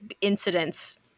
incidents